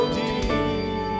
deep